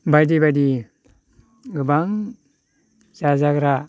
बायदि बायदि गोबां जाजाग्रा